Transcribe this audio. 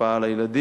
ההשפעה על הילדים,